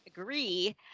agree